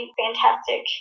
fantastic